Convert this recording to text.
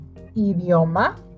Idioma